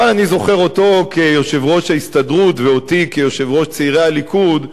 אבל אני זוכר אותו כיושב-ראש ההסתדרות ואותי כיושב-ראש צעירי הליכוד,